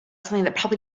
something